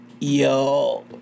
Yo